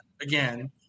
again